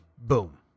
Boom